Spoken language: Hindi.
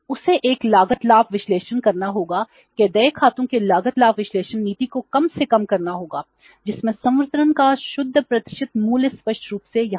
उसे एक लागत लाभ विश्लेषण करना होगा कि देय खातों के लागत लाभ विश्लेषण नीति को कम से कम करना होगा जिसमें संवितरण का शुद्ध प्रतिशत मूल्य स्पष्ट रूप से यहां है